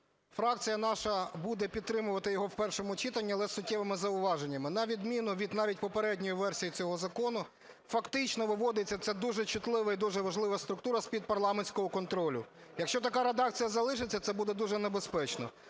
фракція наша буде підтримувати його в першому читанні, але з суттєвими зауваженнями. На відміну від навіть попередньої версії цього закону, фактично виводиться ця дуже чутлива і дуже важлива структура з-під парламентського контролю. Якщо така редакція залишиться – це буде дуже небезпечно.